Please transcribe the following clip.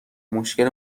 مشکل